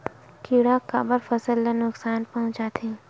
किड़ा काबर फसल ल नुकसान पहुचाथे?